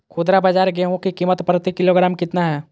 खुदरा बाजार गेंहू की कीमत प्रति किलोग्राम कितना है?